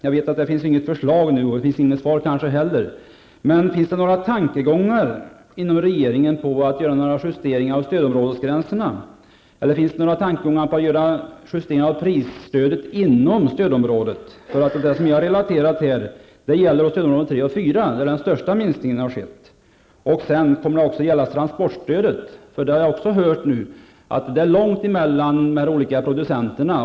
Jag vet att det nu inte finns något förslag och kanske inte heller något svar på frågan, men jag undrar ändå om det finns tankar inom regeringen på att göra några justeringar av stödområdesgränserna eller av prisstödet inom stödområdet. Det som jag här har relaterat gäller stödområdena 3 och 4, där den största minskningen har skett. Jag vill också ta upp transportstödet. Jag har hört att det nu är långt emellan producenterna.